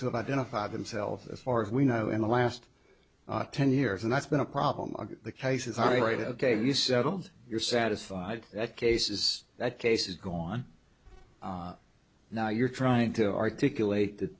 have identified themselves as far as we know in the last ten years and that's been a problem the cases are right ok you settled you're satisfied that case is that case is gone now you're trying to articulate that